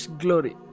glory